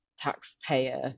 taxpayer